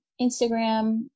Instagram